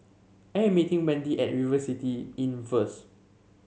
I am meeting Wendy at River City Inn first